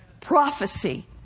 Prophecy